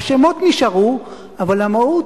השמות נשארו, אבל המהות,